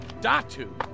Datu